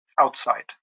outside